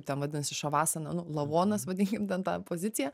ten vadinasi šavasana nu lavonas vadinkim ten ta pozicija